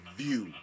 view